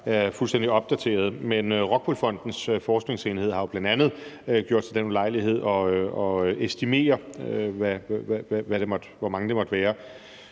er fuldstændig opdateret. Men ROCKWOOL Fondens forskningsenhed har jo bl.a. gjort sig den ulejlighed at estimere, hvor mange det måtte være.